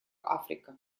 африка